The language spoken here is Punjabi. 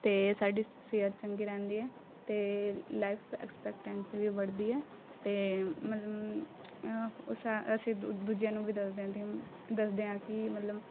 ਅਤੇ ਸਾਡੀ ਸਿਹਤ ਚੰਗੀ ਰਹਿੰਦੀ ਹੈ ਅਤੇ ਲਾਈਫ਼ ਐਕਸਪੈਕਟੈਂਸੀ ਵੀ ਵੱਧਦੀ ਹੈ ਅਤੇ ਮਲਮ ਉਸਾਂ ਅਸੀਂ ਦੂ ਦੂਜਿਆਂ ਨੂੰ ਵੀ ਦੱਸਦੇ ਦਿੰਦੇ ਹਾਂ ਦੱਸਦੇ ਹਾਂ ਕਿ ਮਲਮ